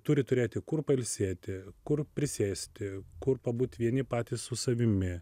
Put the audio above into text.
turi turėti kur pailsėti kur prisėsti kur pabūt vieni patys su savimi